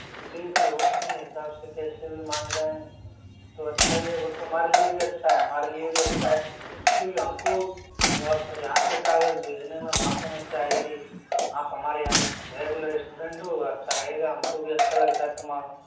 तो देख लो अपने हिसाब से कैसे भी मान जाए तो अच्छा ही है वो तुम्हारे लिए भी अच्छा है हमारे लिए भी अच्छा है क्योंकि हमको अब यहाँ से कागज भेजने में वहाँ समस्या आएँगी आप हमारे यहाँ पे रेगुलर स्टूडेंट हो अच्छा रहेगा हम को भी अच्छा लगता है तुम्हारा